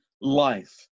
life